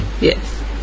Yes